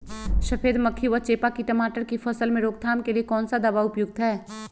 सफेद मक्खी व चेपा की टमाटर की फसल में रोकथाम के लिए कौन सा दवा उपयुक्त है?